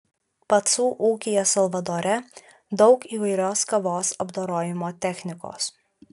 pacų ūkyje salvadore daug įvairios kavos apdorojimo technikos